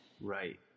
Right